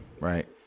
Right